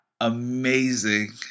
amazing